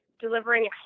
delivering